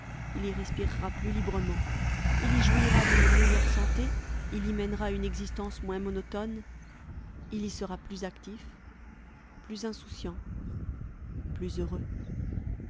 il y respirera plus librement il y jouira d'une meilleure santé il y mènera une existence moins monotone il y sera plus actif plus insouciant plus heureux